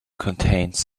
contains